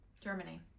Germany